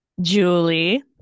julie